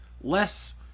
less